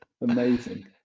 amazing